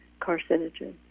carcinogen